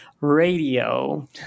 radio